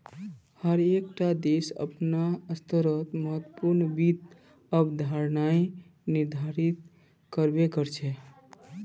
हर एक टा देश अपनार स्तरोंत महत्वपूर्ण वित्त अवधारणाएं निर्धारित कर बे करछे